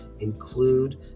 include